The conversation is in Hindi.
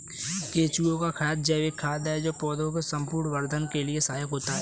केंचुए का खाद जैविक खाद है जो पौधे के संपूर्ण वर्धन के लिए सहायक होता है